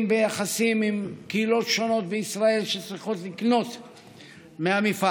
ליחסים עם קהילות שונות בישראל שצריכות לקנות מהמפעל.